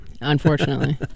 Unfortunately